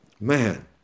Man